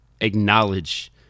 acknowledge